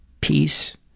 peace